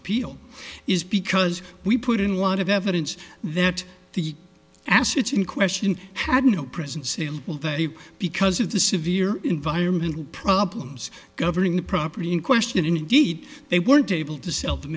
on peel is because we put in a lot of evidence that the assets in question had no present sale because of the severe environmental problems governing the property in question indeed they weren't able to sell them